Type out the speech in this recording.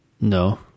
No